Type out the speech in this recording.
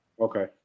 Okay